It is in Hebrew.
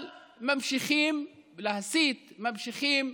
אבל ממשיכים להסית, ממשיכים